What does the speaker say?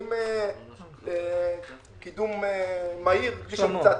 מתנגדים לקידום מהיר כפי שמוצע.